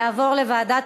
תעבור לוועדת